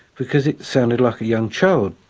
because it sounded like a young child,